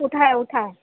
उठा उठा